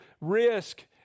risk